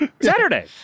Saturday